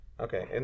Okay